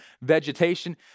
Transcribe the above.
vegetation